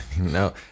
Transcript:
no